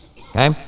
Okay